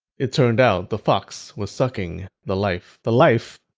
it turned out, the fox was sucking the life, the life,